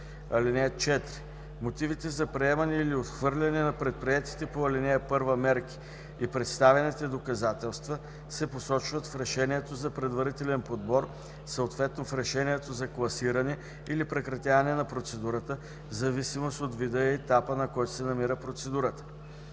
(4) Мотивите за приемане или отхвърляне на предприетите по ал. 1 мерки и представените доказателства се посочват в решението за предварителен подбор, съответно в решението за класиране или прекратяване на процедурата, в зависимост от вида и етапа, на който се намира процедурата.